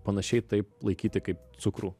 panašiai taip laikyti kaip cukrų